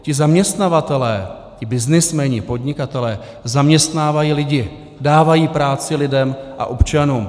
Ti zaměstnavatelé, ti byznysmeni, podnikatelé, zaměstnávají lidi, dávají práci lidem a občanům.